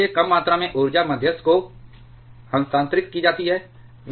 इसलिए कम मात्रा में ऊर्जा मध्यस्थ को हस्तांतरित की जाती है